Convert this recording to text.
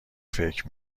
فکر